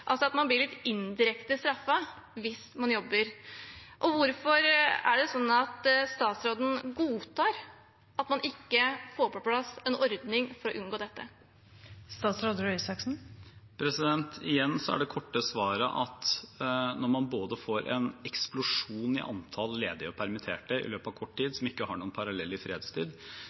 altså at man blir litt indirekte straffet hvis man jobber. Hvorfor godtar statsråden at man ikke får på plass en ordning for å unngå dette? Det korte svaret er igjen at når man får en eksplosjon i antall ledige og permitterte i løpet av kort tid, som ikke har noen parallell i fredstid,